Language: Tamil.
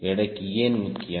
எடை ஏன் முக்கியம்